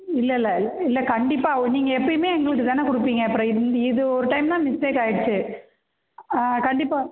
இல்லைல்ல இல்லை கண்டிப்பாக நீங்கள் எப்பையுமே எங்களுக்கு தான கொடுப்பீங்க அப்புறம் இந் இது ஒரு டைம் தான் மிஸ்டேக் ஆயிடுச்சு ஆ கண்டிப்பாக